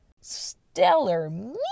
stellar